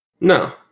No